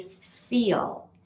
feel